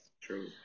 True